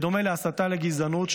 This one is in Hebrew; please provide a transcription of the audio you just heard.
בדומה להסתה לגזענות,